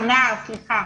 נער, סליחה.